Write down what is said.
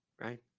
right